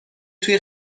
توی